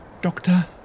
Doctor